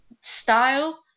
style